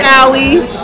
alleys